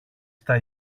στα